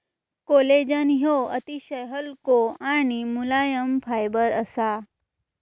collagen ह्यो अतिशय हलको आणि मुलायम फायबर असा